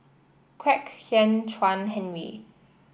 Kwek Hian Chuan Henry